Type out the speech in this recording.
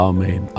Amen